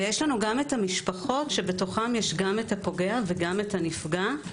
ויש לנו גם המשפחות שבתוכן יש גם הפוגע וגם הנפגע.